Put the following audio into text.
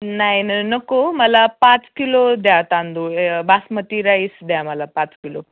नाही न नको मला पाच किलो द्या तांदूळ बासमती राईस द्या मला पाच किलो